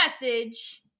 message